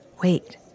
Wait